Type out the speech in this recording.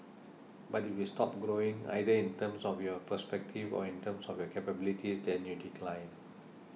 but if you stop growing either in terms of your perspective or in terms of your capabilities then you decline